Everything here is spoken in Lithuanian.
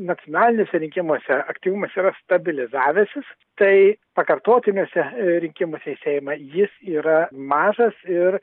nacionaliniuose rinkimuose aktyvumas yra stabilizavęsis tai pakartotiniuose rinkimuose į seimą jis yra mažas ir